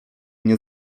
nie